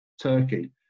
Turkey